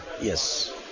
Yes